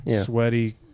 Sweaty